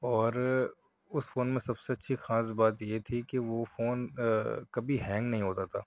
اور اس فون میں سب سے اچھی خاص بات یہ تھی کہ وہ فون کبھی ہینگ نہیں ہوتا تھا